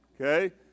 okay